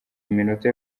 iminota